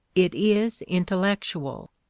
it is intellectual,